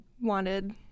wanted